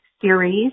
series